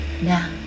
now